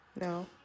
No